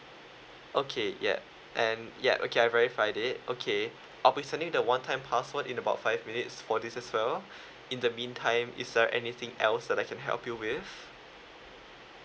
okay ya and ya okay I've verified it okay I'll be sending the one time household in about five minutes for this as well in the mean time is there anything else that I can help you with